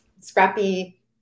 scrappy